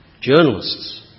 journalists